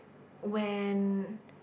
when